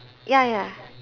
ya ya